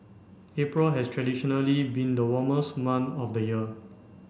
April has traditionally been the warmest month of the year